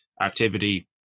activity